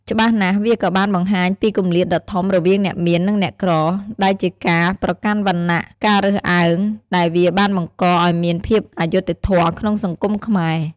ច្បាស់ណាស់វាក៏បានបង្ហាញពីគម្លាតដ៏ធំ រវាងអ្នកមាន និងអ្នកក្រ ដែលជាការប្រកាន់វណ្ណះ ការរើសអើង ដែលវាបានបង្កឱ្យមានភាពអយុត្តិធម៌ក្នុងសង្គមខ្មែរ ។